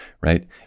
right